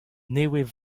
nevez